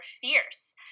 fierce